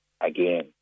again